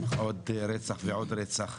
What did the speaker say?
עוד רצח ועוד רצח,